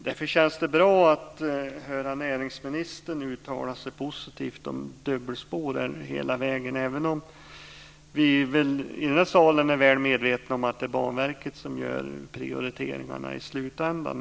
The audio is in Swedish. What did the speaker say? Därför känns det bra att nu höra näringsministern nu uttala sig positivt om dubbelspår hela vägen upp, även om vi i den här salen är väl medvetna om att det är Banverket som gör prioriteringarna i slutänden.